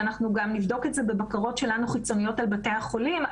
ואנחנו גם נבדוק את זה בבקרות חיצוניות שלנו על בתי החולים.